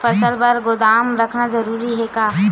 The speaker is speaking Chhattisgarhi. फसल बर गोदाम रखना जरूरी हे का?